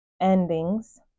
endings